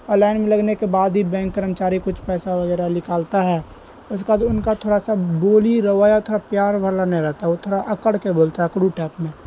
اور لائن میں لگنے کے بعد ہی بینک کرمچاری کچھ پیسہ وغیرہ لکالتا ہے اس کا تو ان کا تھوڑا سا بولی روایکہ پیار والا نہیں رہتا وہ تھورا اکڑ کے بولتا ہے اکڑو ٹائپ میں